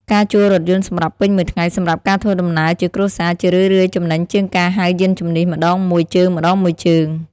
ការជួលរថយន្តសម្រាប់ពេញមួយថ្ងៃសម្រាប់ការធ្វើដំណើរជាគ្រួសារ ជារឿយៗចំណេញជាងការហៅយានជំនិះម្តងមួយជើងៗ។